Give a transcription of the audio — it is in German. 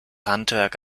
handwerk